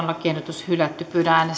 lakiehdotus hylätään